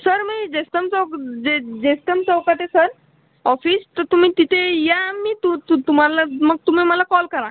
sir मी जयस्तंभ चौक जे जयस्तंभ चौकात आहे सर ऑफिस तर तुम्ही तिथे या मी तू तू तुम्हाला मग तुम्ही मला कॉल करा